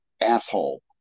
asshole